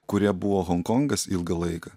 kuria buvo honkongas ilgą laiką